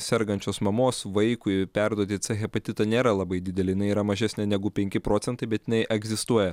sergančios mamos vaikui perduoti hepatitą nėra labai didelė jinai yra mažesnė negu penki procentai bet jinai egzistuoja